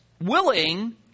willing